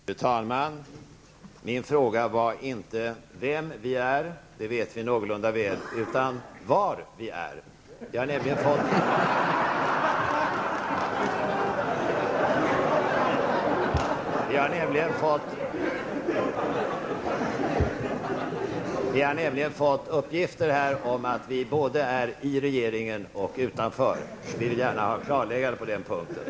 Fru talman! Min fråga gällde inte vem vi är. Det vet vi någorlunda väl. Frågan gällde var vi är. Vi har nämligen fått uppgifter om att vi är både i regeringen och utanför. Vi vill gärna ha ett klarläggande på den punkten.